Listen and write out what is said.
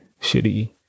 shitty